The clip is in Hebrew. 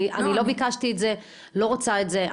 אני לא ביקשתי את זה, לא רוצה את זה.